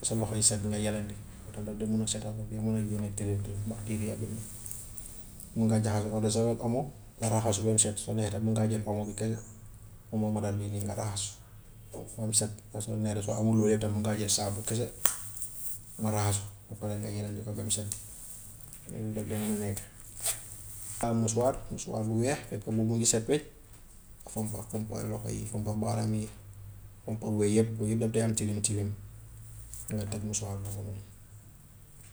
ba sa loxo yi set nga yelandi loolu tam daf dee mun a setal, daf dee mun a génne tilim tilim bacteria bi n ii. Mun ngaa jeexal eau de javel omo nga raxasu bam set, su la neexee tam mun ngaa jël omo bi kese, omo madar bii nii nga raxasu ba mu set. Ba su la neexee soo amul yooyu tam mun ngaa jël saabu kese nga raxasu, soo paree nga yelandi ko ba mu set loolu daf dee mun a nekk. Am mouchoir mouchoir bu weex fekk mbubu mi set wecc nga fompa, fompa loxo yi, fompa baaraam yi, fompa we yëpp, yooyu yëpp daf dee am tilim tilim, après nga teg mouchoir boobu noonu.